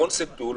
הקונספט הוא,